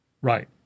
Right